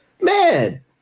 Man